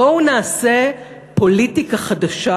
בואו נעשה פוליטיקה חדשה,